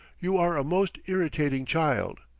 you are a most irritating child.